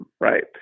right